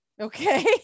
Okay